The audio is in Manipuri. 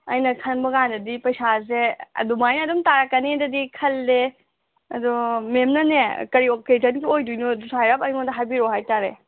ꯑꯩꯅ ꯈꯟꯕ ꯀꯥꯟꯗꯗꯤ ꯄꯩꯁꯥꯁꯦ ꯑꯗꯨꯃꯥꯏꯅ ꯑꯗꯨꯝ ꯇꯥꯔꯛꯀꯅꯦꯗꯗꯤ ꯈꯜꯂꯦ ꯑꯗꯣ ꯃꯦꯝꯅꯅꯦ ꯀꯔꯤ ꯑꯣꯛꯀꯦꯖꯟꯒꯤ ꯑꯣꯏꯗꯣꯏꯅꯣ ꯑꯗꯨꯁꯨ ꯍꯥꯏꯔꯞ ꯑꯩꯉꯣꯟꯗ ꯍꯥꯏꯕꯤꯔꯛꯑꯣ ꯍꯥꯏ ꯇꯔꯦ